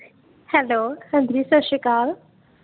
hello ਹਾਂਜੀ ਸਤਿ ਸ਼੍ਰੀ ਅਕਾਲ